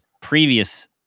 previous